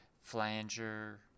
flanger